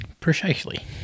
precisely